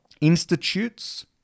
institutes